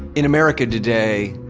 in america today,